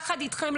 יחד איתכם,